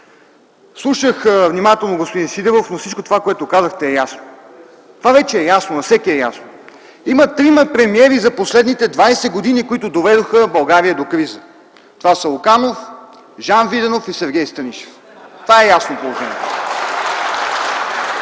Слушах внимателно господин Сидеров. Всичко това, което казахте, е ясно. Това вече е ясно. На всеки е ясно – има трима премиери за последните 20 години, които доведоха България до криза. Това са Луканов, Жан Виденов и Сергей Станишев. Това е ясно!